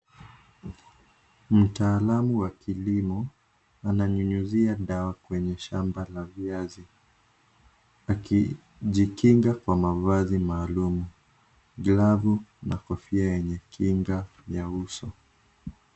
Mtaalamu wa kilimo, ananyunyiza dawa kwenye shamba la viazi, akijikinga kwa mavazi maalum. Glovu na kofia yenye kinga ya uso.